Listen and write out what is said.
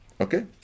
Okay